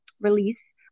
release